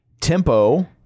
Tempo